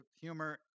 humor